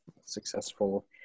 Successful